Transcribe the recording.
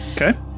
Okay